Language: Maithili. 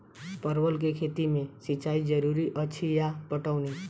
परवल केँ खेती मे सिंचाई जरूरी अछि या पटौनी?